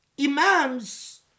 Imams